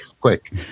quick